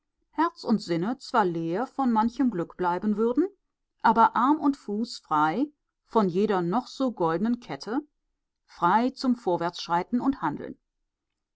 herz und sinne zwar leer von manchem glück bleiben würden aber arm und fuß frei von jeder auch noch so goldenen kette frei zum vorwärtsschreiten und handeln